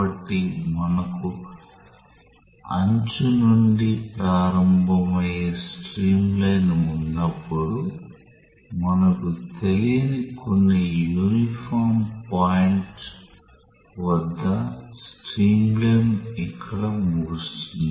కాబట్టి మనకు అంచు నుండి ప్రారంభమయ్యే స్ట్రీమ్లైన్ ఉన్నప్పుడు మనకు తెలియని కొన్ని యూనిఫామ్ పాయింట్ వద్ద స్ట్రీమ్లైన్ ఇక్కడ ముగుస్తుంది